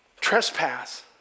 trespass